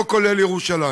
לא כולל ירושלים.